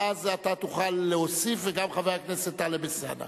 ואז אתה תוכל להשיב וגם חבר הכנסת טלב אלסאנע